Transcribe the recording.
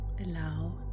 Allow